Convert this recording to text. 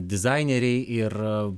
dizaineriai ir